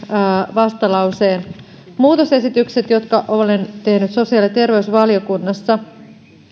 vastalauseen muutosesitykset jotka olen tehnyt sosiaali ja terveysvaliokunnassa